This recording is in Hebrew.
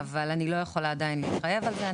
אבל אני לא יכולה עדיין להתחייב על זה.